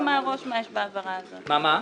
מה אתה רוצה, ונשמע.